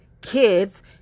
kids